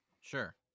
sure